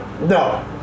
No